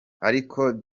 ariko